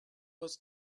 was